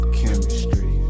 chemistry